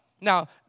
Now